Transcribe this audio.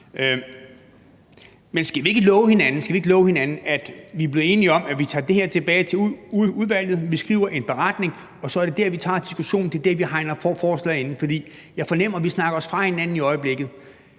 skal vi ikke love hinanden, at nu, hvor vi er blevet enige om, at vi tager det her tilbage til udvalget, og at vi skriver en beretning, så er det der, vi tager diskussionen, og der, vi hegner forslaget ind? For jeg fornemmer, at vi snakker os væk fra hinanden i øjeblikket.